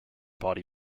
body